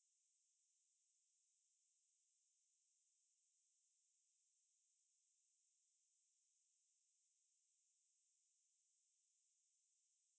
then what's the point I might as well can do myself it's way faster because he's telling me that he can only edit after ten o'clock only edit after eleven o'clock and this and that